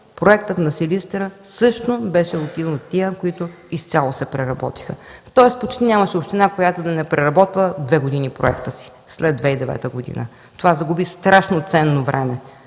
Проектът на Силистра също беше един от тези, които изцяло се преработиха, тоест почти нямаше община, която да не преработва две години проекта си след 2009 г. Загуби се страшно ценно време.